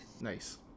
Nice